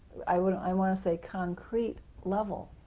i want i want to say concrete level.